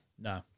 No